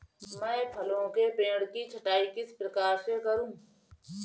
मैं फलों के पेड़ की छटाई किस प्रकार से करूं?